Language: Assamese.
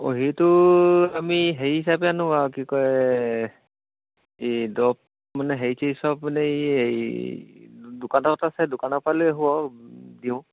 অঁ সেইটো আমি হেৰি হিচাপে আনোঁ আৰু কি কয় এই এই দৰৱ মানে হেৰি চেৰি চব মানে এই দোকানত আছে দোকানৰপৰা লৈ আহোঁ আৰু দিওঁ